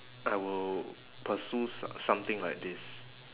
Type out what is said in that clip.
I will pursue s~ something like this